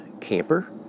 camper